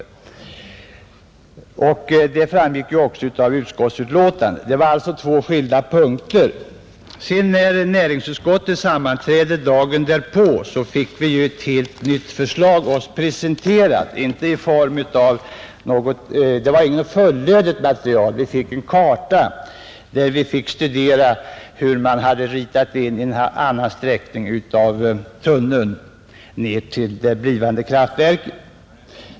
Detta framgick ju också av utskottsbetänkandet. Det var alltså två skilda punkter, Men när näringsutskottet sammanträdde dagen därpå fick vi ett helt nytt förslag presenterat för oss. Det var inte något fullödigt material. Vi fick en karta att studera, där man hade ritat in en annan sträckning av tunneln ner till det blivande kraftverket.